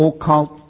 occult